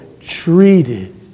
treated